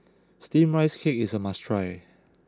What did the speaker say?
Steamed Rice Cake is a must try